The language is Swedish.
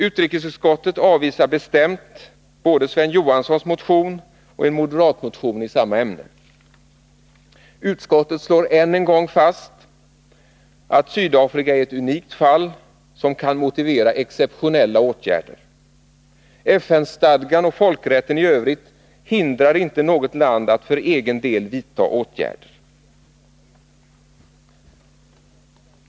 Utrikesutskottet avvisar bestämt Sven Johanssons motion och en moderatmotion i samma ämne. Utskottet slår än en gång fast att Sydafrika är ett unikt fall som kan motivera exceptionella åtgärder. FN-stadgan och folkrätten i övrigt hindrar inte något land från att för egen del vidta åtgärder.